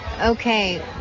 Okay